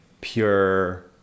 pure